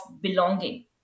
belonging